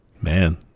man